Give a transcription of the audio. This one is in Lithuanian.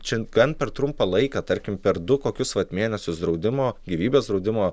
čia gan per trumpą laiką tarkim per du kokius vat mėnesius draudimo gyvybės draudimo